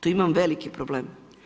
Tu imam veliki problem.